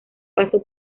paso